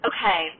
Okay